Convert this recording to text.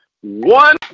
one